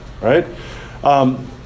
Right